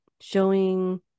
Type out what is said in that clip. showing